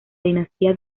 dinastía